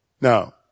Now